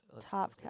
top